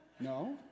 No